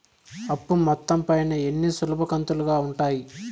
అప్పు మొత్తం పైన ఎన్ని సులభ కంతులుగా ఉంటాయి?